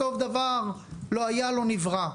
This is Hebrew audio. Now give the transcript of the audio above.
בסוף דבר לא היה ולא נברא.